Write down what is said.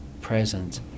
present